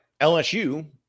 LSU